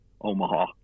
Omaha